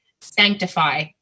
sanctify